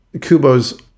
Kubo's